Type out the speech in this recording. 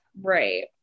Right